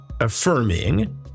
affirming